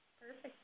Perfect